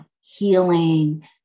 healing